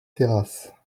terrasse